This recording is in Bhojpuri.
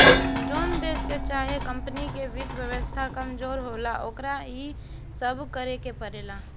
जोन देश चाहे कमपनी के वित्त व्यवस्था कमजोर होला, ओकरा इ सब करेके पड़ेला